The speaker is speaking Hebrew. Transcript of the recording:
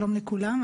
שלום לכולם,